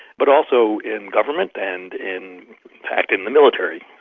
but also in government and in fact in the military,